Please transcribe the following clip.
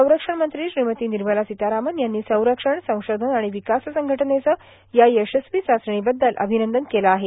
संरक्षणमंत्री श्रीमती निर्मला सीतारामन यांनी संरक्षण संशोधन आणि विकास संघटनेचं या यशस्वी चाचणीबद्दल अभिनंदन केलं आहे